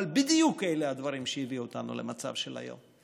אבל בדיוק אלה הדברים, שהביאו אותנו למצב של היום.